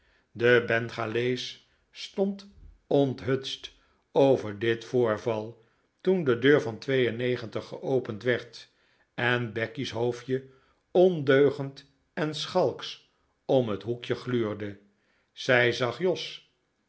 de bengalees stond onthutst over dit voorval toen de deur van geopend werd en becky's hoofdje ondeugend en schalks om het hoekje gluurde zij zag jos